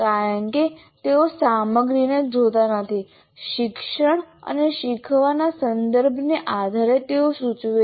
કારણ કે તેઓ સામગ્રીને જોતા નથી શિક્ષણ અને શીખવાના સંદર્ભને આધારે તેઓ સૂચવે છે